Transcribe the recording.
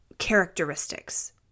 Characteristics